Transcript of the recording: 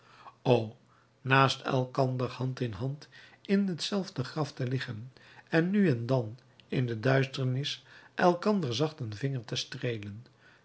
o naast elkander hand in hand in hetzelfde graf te liggen en nu en dan in de duisternis elkander zacht een vinger te streelen